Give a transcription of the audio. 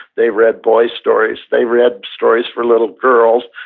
they read boy's stories. they read stories for little girls.